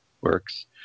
works